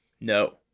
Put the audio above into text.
No